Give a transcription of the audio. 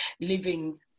living